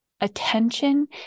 Attention